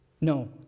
no